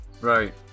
right